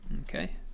okay